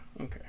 Okay